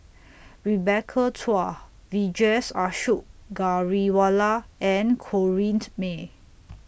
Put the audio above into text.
Rebecca Chua Vijesh Ashok Ghariwala and Corrinne May